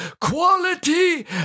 quality